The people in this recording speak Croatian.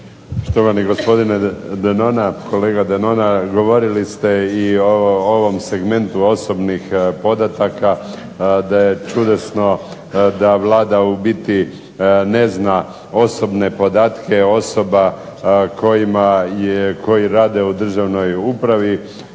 Štovani gospodine Denona, kolega Denona, govorili ste i o ovom segmentu osobnih podataka da je čudesno da Vlada u biti ne zna osobne podatke osoba koji rade u državnoj upravi